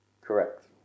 Correct